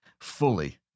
fully